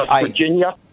Virginia